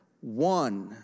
one